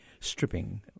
stripping